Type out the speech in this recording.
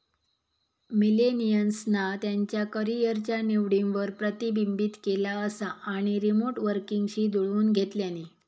मिलेनियल्सना त्यांच्या करीयरच्या निवडींवर प्रतिबिंबित केला असा आणि रीमोट वर्कींगशी जुळवुन घेतल्यानी